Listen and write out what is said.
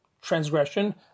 transgression